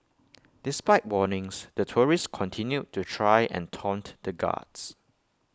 despite warnings the tourists continued to try and taunt the guards